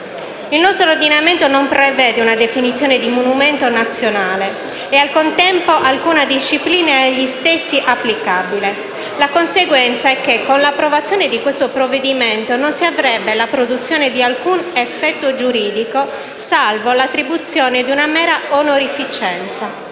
Il nostro ordinamento non prevede una definizione di monumento nazionale né, pertanto, alcuna disciplina applicabile. La conseguenza è che, con l'approvazione di questo provvedimento, non si avrebbe la produzione di alcun effetto giuridico, salvo l'attribuzione di una mera onorificenza.